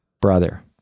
brother